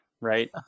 Right